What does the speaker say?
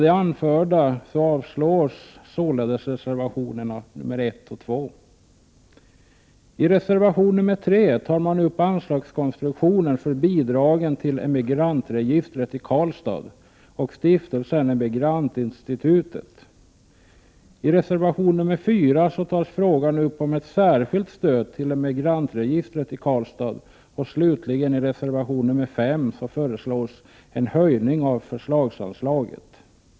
I reservation nr 3 tar centerpartiet upp anslagskonstruktionen för bidragen till Emigrantregistret i Karlstad och till Stiftelsen Emigrantinstitutet. I reservation nr 4 tar centerpartiet upp frågan om ett särskilt stöd till Emigrantregistret i Karlstad. Och slutligen, i reservation nr 5, föreslår centerpartiet en höjning av förslagsanslaget.